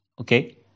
Okay